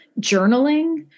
journaling